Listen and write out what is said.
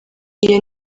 iyo